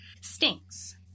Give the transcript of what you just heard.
stinks